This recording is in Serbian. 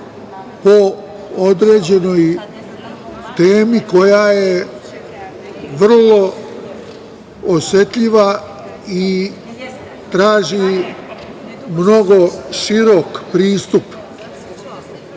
po određenoj temi koja je vrlo osetljiva i traži mnogo širok pristup